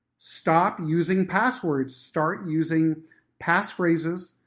stop using passwords! start using pass phrases,